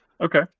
okay